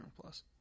Plus